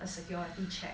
the security check